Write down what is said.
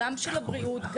של הבריאות,